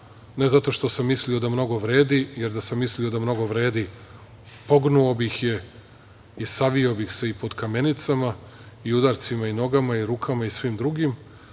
ne zato što sam mislio da mnogo vredi, jer da sam mislio da mnogo vredi pognuo bih je i savio bih se i pod kamenicama i udarcima i nogama i rukama i svim drugim,